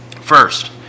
First